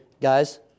guys